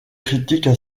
critiques